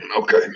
okay